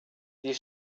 die